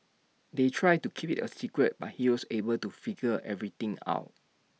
they tried to keep IT A secret but he was able to figure everything out